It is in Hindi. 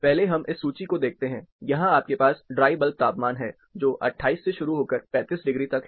पहले हम इस सूची को देखते हैं यहां आपके पास ड्राई बल्ब तापमान है जो 28 से शुरू होकर 35 डिग्री तक है